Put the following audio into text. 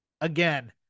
again